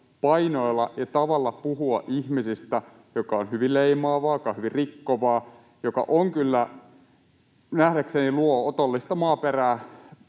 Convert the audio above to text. painoilla ja tavalla puhua ihmisistä, joka on hyvin leimaavaa, joka on hyvin rikkovaa, joka kyllä nähdäkseni luo otollista maaperää